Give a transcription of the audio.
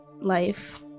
life